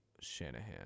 Shanahan